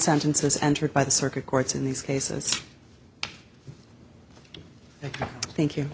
sentences entered by the circuit courts in these cases thank you